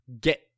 get